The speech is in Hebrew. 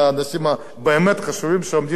באמת דברים חשובים שעומדים על סדר-היום.